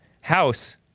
house